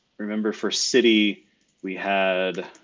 remember for city we had